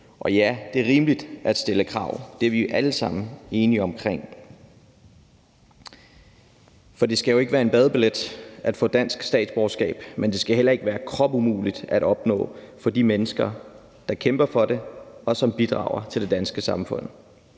Og ja, det er rimeligt at stille krav – det er vi jo alle sammen enige om – for det skal ikke være en badebillet at få dansk statsborgerskab. Men det skal heller ikke være kropumuligt at opnå for de mennesker, der kæmper for det, og som bidrager til det danske samfund.